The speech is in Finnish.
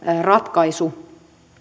ratkaisu